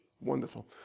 Wonderful